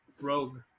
rogue